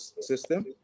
system